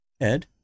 Ed